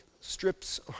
strips